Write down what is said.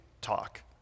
talk